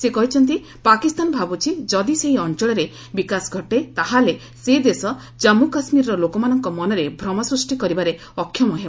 ସେ କହିଛନ୍ତି ପାକିସ୍ତାନ ଭାବୁଛି ଯଦି ସେହି ଅଞ୍ଚଳରେ ବିକାଶ ଘଟେ ତା'ହେଲେ ସେ ଦେଶ ଜନ୍ମୁ କାଶ୍ମୀରର ଲୋକମାନଙ୍କ ମନରେ ଭ୍ରମ ସୃଷ୍ଟି କରିବାରେ ଅକ୍ଷମ ହେବ